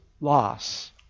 loss